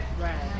Right